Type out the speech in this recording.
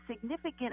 significant